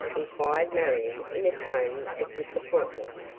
inquired marion in a tone of disappointment.